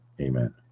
Amen